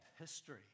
history